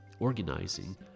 Organizing